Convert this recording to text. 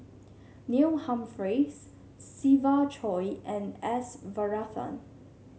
Neil Humphreys Siva Choy and S Varathan